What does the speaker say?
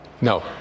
No